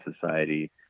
society